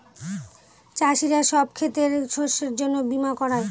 চাষীরা সব ক্ষেতের শস্যের জন্য বীমা করায়